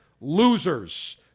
losers